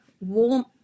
warm